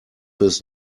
his